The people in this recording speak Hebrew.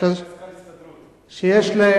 שיש לה,